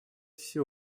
все